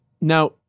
Now